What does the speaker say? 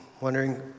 wondering